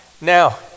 Now